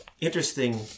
interesting